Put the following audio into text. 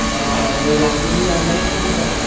অঁ দে লাগিলে আনিব লাগিব এতিয়া